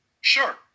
Sure